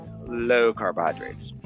low-carbohydrates